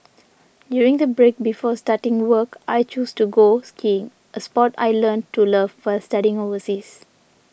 during the break before starting work I chose to go skiing a sport I learnt to love while studying overseas